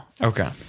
Okay